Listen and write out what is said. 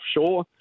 offshore